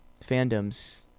fandoms